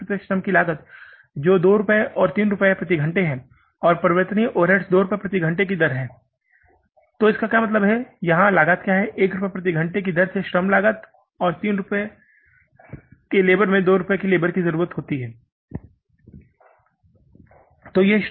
प्रति घंटे प्रत्यक्ष श्रम लागत जो हमें 2 रुपये और 3 रुपये प्रति घंटे और परिवर्तनीय ओवरहेड्स 2 रुपये प्रति घंटे दी जाती है तो इसका मतलब है कि यहां लागत क्या है 1 रुपये प्रति घंटे की दर से श्रम लागत 3 रुपए के लेबर में 2 रुपए लेबर की जरूरत होती है